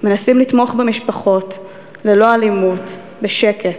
מנסים לתמוך במשפחות ללא אלימות, בשקט.